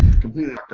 completely